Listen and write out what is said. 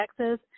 Texas